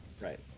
Right